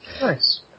nice